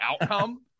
outcome